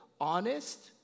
honest